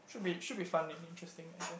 should be should be fun and interesting I guess